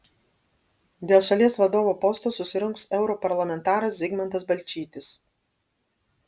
dėl šalies vadovo posto susirungs europarlamentaras zigmantas balčytis